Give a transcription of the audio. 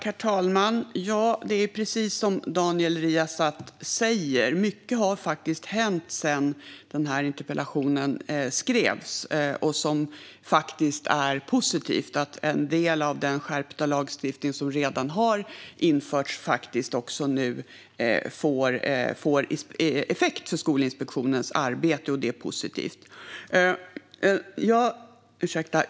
Herr talman! Det är precis som Daniel Riazat säger - sedan interpellationen skrevs har det hänt mycket som är positivt. Att en del av den skärpta lagstiftning som redan har införts nu får effekt i Skolinspektionens arbete är positivt.